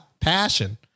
passion